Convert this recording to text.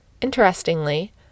Interestingly